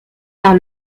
par